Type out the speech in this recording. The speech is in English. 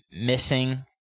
missing